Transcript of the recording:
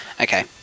okay